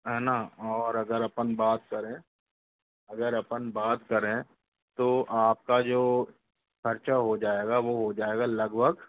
है ना और अगर अपन बात करें अगर अपन बात करें तो आपका जो खर्चा हो जाएगा वो हो जाएगा लगभग